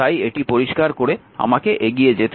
তাই এটি পরিষ্কার করে আমাকে এগিয়ে যেতে দিন